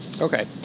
Okay